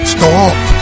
Stop